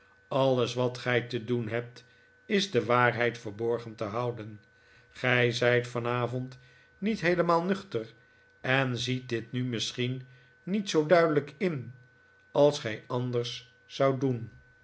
alles wat gij te doen hebt is de waarheid verborgen te houden gij zijt vanavond niet heelemaal nuchter en ziet dit nu misschien niet zoo duidelijk in als gij anders zoudt doen